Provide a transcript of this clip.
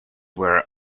where